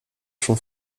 schon